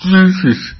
Jesus